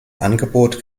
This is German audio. angebot